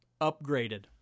upgraded